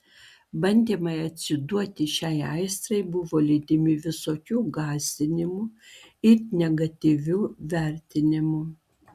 bandymai atsiduoti šiai aistrai buvo lydimi visokių gąsdinimų ir negatyvių vertinimų